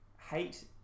Hate